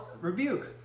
rebuke